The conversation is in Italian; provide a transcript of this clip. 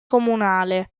comunale